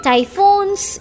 Typhoons